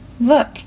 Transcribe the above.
Look